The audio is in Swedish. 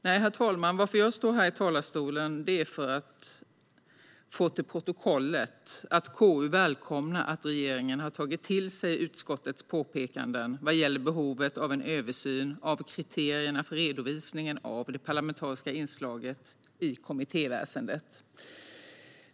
Nej, herr talman, jag står här i talarstolen för att få fört till protokollet att KU välkomnar att regeringen har tagit till sig utskottets påpekanden vad gäller behovet av en översyn av kriterierna för redovisningen av det parlamentariska inslaget i kommittéväsendet.